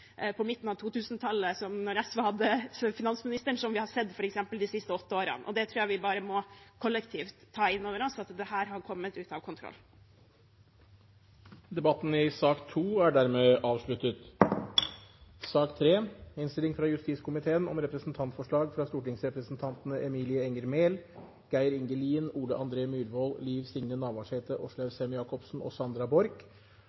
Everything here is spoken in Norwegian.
på midten av 2000-tallet, da SV hadde finansministeren, som vi har sett f.eks. de siste åtte årene. Jeg tror vi bare kollektivt må ta inn over oss at dette har kommet ut av kontroll. Flere har ikke bedt om ordet til sak nr. 2. Etter ønske fra justiskomiteen